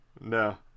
No